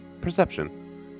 Perception